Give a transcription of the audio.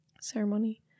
ceremony